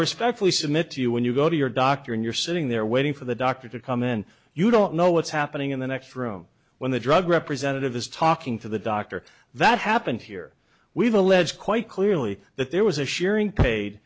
respectfully submit to you when you go to your doctor and you're sitting there waiting for the doctor to come in you don't know what's happening in the next room when the drug representative is talking to the doctor that happened here we've alleged quite clearly that there was a sharing paid